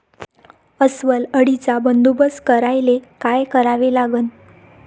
अस्वल अळीचा बंदोबस्त करायले काय करावे लागन?